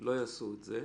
לא יעשו את זה,